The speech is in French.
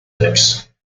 taxe